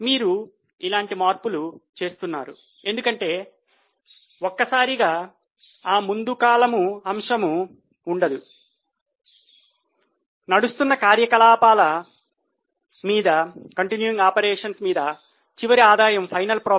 మీకు మొత్తం అర్థమవుతుందా